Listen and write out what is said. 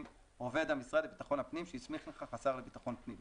עובד המשרד לביטחון פנים שהסמיך לכך השר לביטחון פנים".